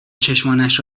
چشمانش